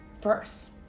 first